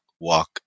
walk